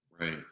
right